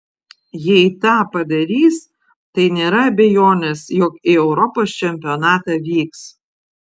jei tą padarys tai nėra abejonės jog į europos čempionatą vyks